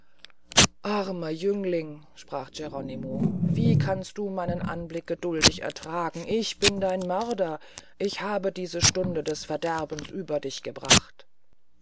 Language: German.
armer jüngling sprach geronimo wie kannst du meinen anblick geduldig ertragen ich bin dein mörder ich habe diese stunde des verderbens über dich gebracht